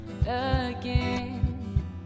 again